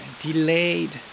delayed